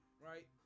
right